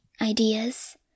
ideas